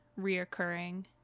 reoccurring